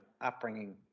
upbringing